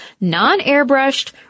non-airbrushed